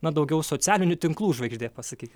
na daugiau socialinių tinklųžvaigždė pasakykim